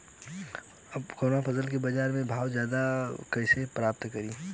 कवना फसल के बाजार में भाव ज्यादा बा कैसे पता करि?